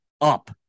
up